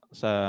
sa